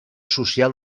social